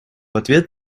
ответ